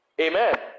Amen